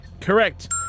Correct